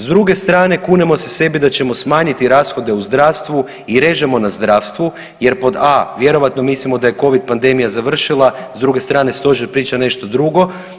S druge strane kunemo se sebi da ćemo smanjiti rashode u zdravstvu i režemo na zdravstvu jer pod a) vjerojatno mislimo da je covid pandemija završila, s druge strane Stožer priča nešto drugo.